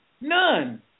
None